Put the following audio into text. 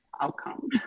outcome